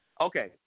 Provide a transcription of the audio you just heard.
Okay